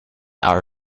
our